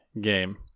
game